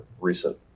recent